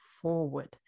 forward